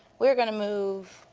we're gonna move,